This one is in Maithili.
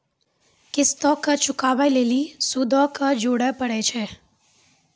किश्तो के चुकाबै लेली सूदो के जोड़े परै छै